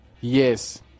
Yes